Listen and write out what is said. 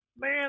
man